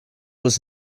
was